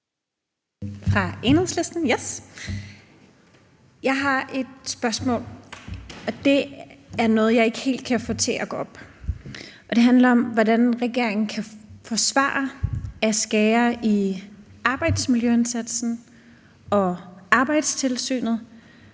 Velasquez (EL): Jeg har et spørgsmål, og det er noget, jeg ikke helt kan få til at gå op. Det handler om, hvordan regeringen kan forsvare at skære i arbejdsmiljøindsatsen og Arbejdstilsynet,